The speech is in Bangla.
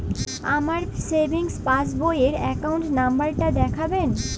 আমার সেভিংস পাসবই র অ্যাকাউন্ট নাম্বার টা দেখাবেন?